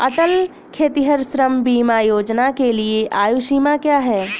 अटल खेतिहर श्रम बीमा योजना के लिए आयु सीमा क्या है?